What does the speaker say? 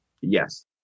Yes